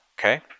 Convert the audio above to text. okay